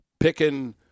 Picking